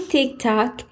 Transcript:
TikTok